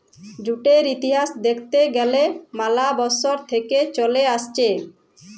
জুটের ইতিহাস দ্যাখতে গ্যালে ম্যালা বসর থেক্যে চলে আসছে